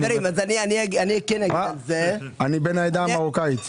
אני בן העדה המרוקאית.